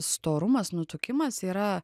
storumas nutukimas yra